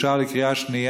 אושרה פה אחד בקריאה שנייה.